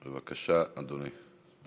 בבקשה, אדוני.